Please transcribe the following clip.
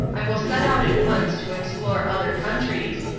i will set out at once to explore other countries,